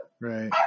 Right